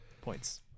points